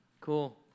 cool